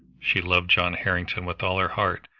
she loved john harrington with all her heart,